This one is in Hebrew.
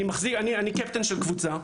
אני קפטן של קבוצה,